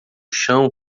chão